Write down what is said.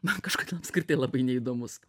man kažkodėl apskritai labai neįdomus